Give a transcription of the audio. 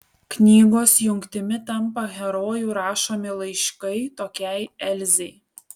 knygos jungtimi tampa herojų rašomi laiškai tokiai elzei